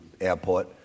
airport